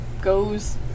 goes